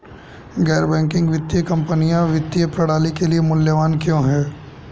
गैर बैंकिंग वित्तीय कंपनियाँ वित्तीय प्रणाली के लिए मूल्यवान क्यों हैं?